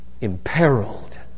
imperiled